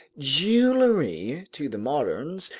jewelry to the moderns,